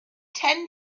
ten